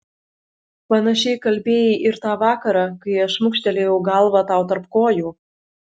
panašiai kalbėjai ir tą vakarą kai aš šmukštelėjau galvą tau tarp kojų